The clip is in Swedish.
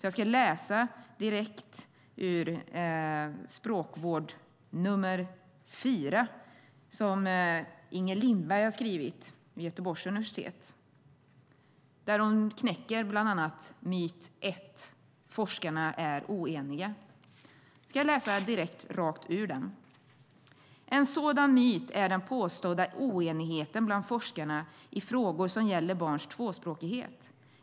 Jag ska läsa direkt ur Språkvård nr 4 2002, där Inger Lindberg vid Göteborgs universitet skrivit om myter om tvåspråkighet. Den första myt hon knäcker är att forskarna skulle vara oeniga: "En sådan myt är den påstådda oenigheten bland forskarna i frågor som gäller barns tvåspråkighet.